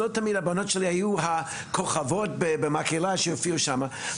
שלא תמיד הבנות שלי היו הכוכבות של המקהלה שהופיעו שם,